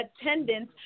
attendance